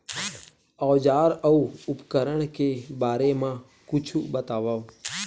औजार अउ उपकरण के बारे मा कुछु बतावव?